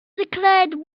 declared